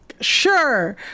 Sure